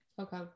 okay